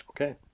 Okay